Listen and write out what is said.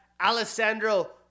Alessandro